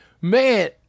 man